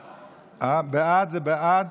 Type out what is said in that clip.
בעד, זה בעד